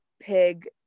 pig